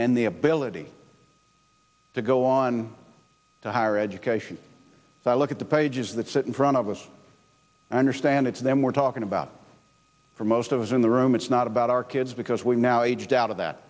and the ability to go on to higher education i look at the pages that sit in front of us i understand it's them we're talking about for most of us in the room it's not about our kids because we now aged out of